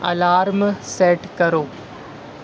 الار set کرو